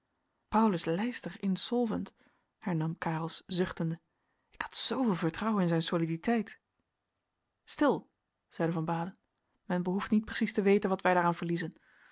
paulus leyster insolvent hernam karelsz zuchtende ik had zooveel vertrouwen in zijn soliditeit stil zeide van baalen men behoeft niet precies te weten wat wij daaraan verliezen